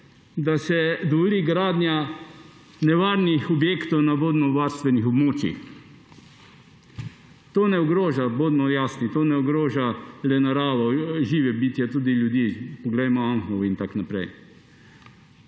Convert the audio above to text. da se dovoli gradnja nevarnih objektov na vodovarstvenih območjih. To ne ogroža, bodimo jasni, to ne ogroža le narave, živih bitij, tudi ljudi. Poglejmo Anhovo in tako naprej.